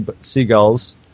Seagulls